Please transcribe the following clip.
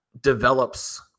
develops